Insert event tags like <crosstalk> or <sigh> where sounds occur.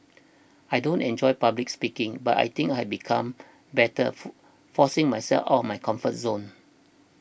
I don't enjoy public speaking but I think I've become better <unintelligible> forcing myself out of my comfort zone